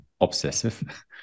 obsessive